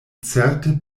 certe